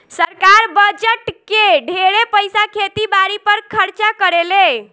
सरकार बजट के ढेरे पईसा खेती बारी पर खर्चा करेले